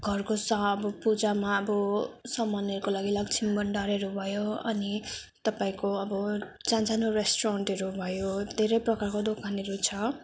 घरको सह अब पूजामा अब सामानहरूको लागि लक्ष्मी भन्डारहरू भयो अनि तपाईँको अब सान् सानो रेस्टुरेन्ट भयो धेरै प्रकारको दोकानहरू छ